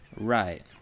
Right